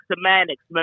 semantics